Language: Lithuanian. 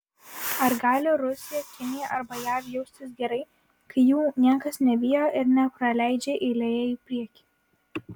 ar gali rusija kinija arba jav jaustis gerai kai jų niekas nebijo ir nepraleidžia eilėje į priekį